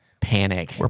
panic